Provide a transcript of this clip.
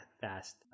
fast